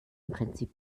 prinzip